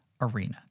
Arena